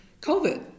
COVID